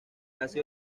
casi